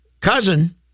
cousin